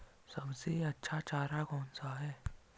सबसे अच्छा चारा कौन सा है?